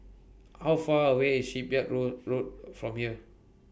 How Far away IS Shipyard Road Road from here